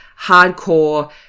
hardcore